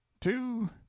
two